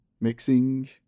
mixing